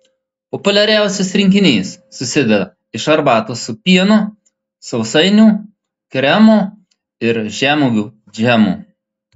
populiariausias rinkinys susideda iš arbatos su pienu sausainių kremo ir žemuogių džemo